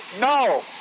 No